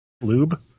Lube